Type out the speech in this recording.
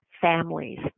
Families